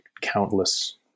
countless